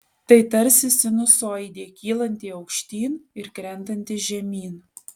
tai tarsi sinusoidė kylanti aukštyn ir krentanti žemyn